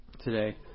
today